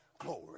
Glory